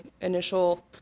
initial